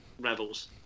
rebels